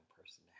person